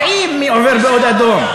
יודעים מי עובר באור אדום.